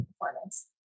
performance